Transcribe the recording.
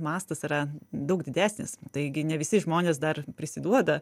mastas yra daug didesnis taigi ne visi žmonės dar prisiduoda